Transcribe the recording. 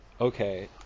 okay